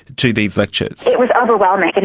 to these lectures? it was overwhelming. and